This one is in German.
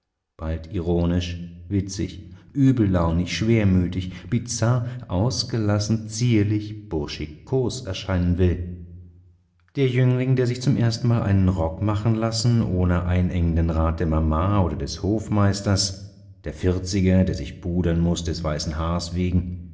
bald ironisch witzig übellaunigt schwermütig bizarr ausgelassen zierlich burschikos erscheinen will der jüngling der sich zum erstenmal einen rock machen lassen ohne einengenden rat der mama oder des hofmeisters der vierziger der sich pudern muß des weißen haars wegen